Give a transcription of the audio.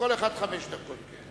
לכל אחד חמש דקות.